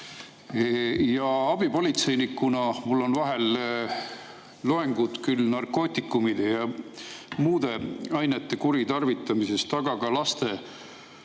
Abipolitseinikuna on mul vahel loengud narkootikumide ja muude ainete kuritarvitamise kohta, aga ka laste